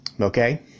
okay